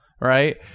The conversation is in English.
Right